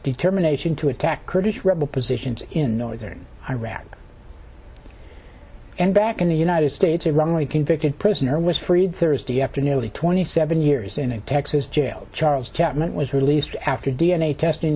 determination to attack kurdish rebel positions in northern iraq and back in the united states a wrongly convicted prisoner was freed thursday after nearly twenty seven years in a texas jail charles chapman was released after d n a testing